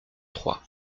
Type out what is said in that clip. trois